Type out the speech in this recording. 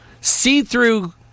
see-through